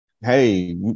hey